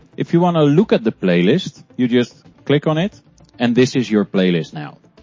if you want to look at the playlist you just click on it and this is your playlist now.